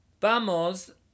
Vamos